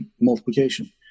multiplication